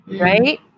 right